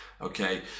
Okay